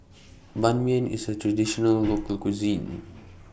Ban Mian IS A Traditional Local Cuisine